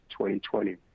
2020